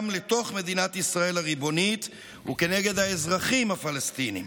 לתוך מדינת ישראל הריבונית וכנגד האזרחים הפלסטינים.